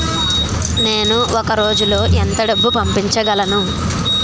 నేను ఒక రోజులో ఎంత డబ్బు పంపించగలను?